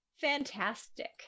fantastic